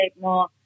more